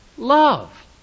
Love